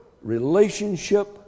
Relationship